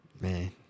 Man